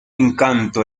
encanto